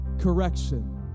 correction